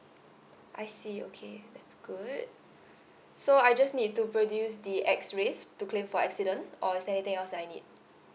I see okay that's good so I just need to produce the X-rays to claim for accident or is there anything else I need